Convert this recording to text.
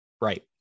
Right